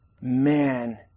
man